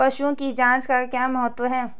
पशुओं की जांच का क्या महत्व है?